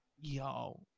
yo